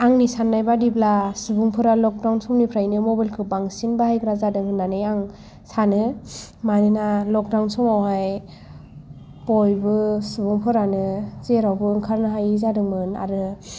आंनि साननाय बादिब्ला सुबुंफोरा लकदाउन समनिफ्रायनो मबाइल खौ बांसिन बाहायग्रा जादों होननानै आं सानो मानोना लकदाउन समावहाय बयबो सुबुंफोरानो जेरावबो ओंखारनो हायि जादोंमोन आरो